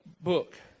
book